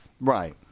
Right